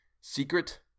secret